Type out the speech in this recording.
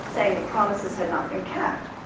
saying that promises had not been kept.